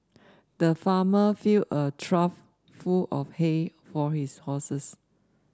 the farmer filled a trough full of hay for his horses